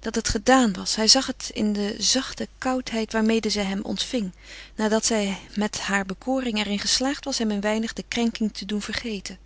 dat het gedaan was hij zag het in de zachte koudheid waarmede zij hem ontving nadat zij met haar bekoring er in geslaagd was hem een weinig de krenking te doen vergeten